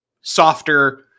softer